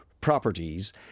properties